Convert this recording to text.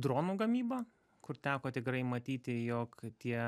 dronų gamybą kur teko tikrai matyti jog tie